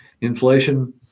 inflation